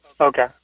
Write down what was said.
Okay